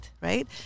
right